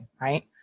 right